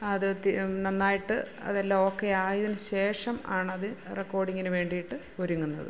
ആദ്യത്തെ നന്നായിട്ട് അതെല്ലാം ഓക്കെ ആയതിന് ശേഷം ആണത് റെക്കോഡിങ്ങിന് വേണ്ടിയിട്ട് ഒരുങ്ങുന്നത്